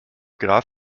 graf